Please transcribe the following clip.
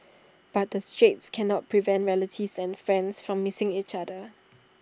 but the straits cannot prevent relatives and friends from missing each other